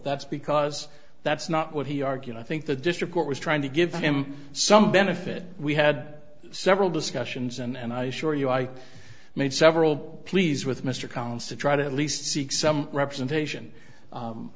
that's because that's not what he argued i think the district court was trying to give him some benefit we had several discussions and i assure you i made several pleas with mr counsel try to at least seek some representation